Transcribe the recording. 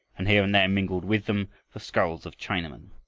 and here and there mingled with them the skulls of chinamen.